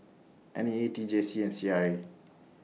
N E A T J C and C R A